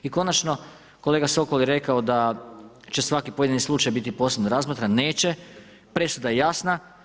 I konačno, kolega Sokol je rekao da će svaki pojedini slučaj biti posebno razmatran, neće, presuda je jasna.